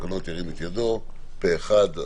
פה אחד.